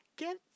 Get